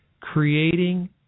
Creating